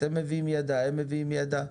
אתם מביאים ידע והם מביאים ידע.